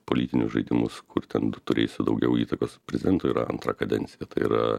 politinius žaidimus kur ten turėsi daugiau įtakos prezidentui yra antra kadencija tai yra